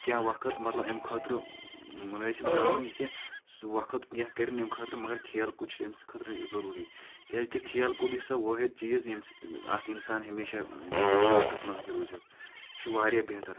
کینٛہہ وقت مطلب امہِ خٲطرٕ مُنٲسِب زانُن یہِ کہِ سُہ وقت کینٛہہ کٔرِنۍ ییٚمہِ خٲطرٕ مگر کھیل کوٗد چھ أمۍ سٕنٛدِ خٲطرٕ ضروٗری کیٛازِ کہِ کھیل کوٗدٕے چھےٚ سۄ وٲحد چیٖز ییٚمہِ سۭتۍ اکھ انسان ہمیشہ مطلب طاقت منٛد ہٮ۪کہِ روٗزِتھ یہِ چھُ واریاہ بہتر